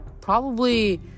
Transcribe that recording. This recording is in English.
probably-